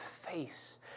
face